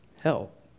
help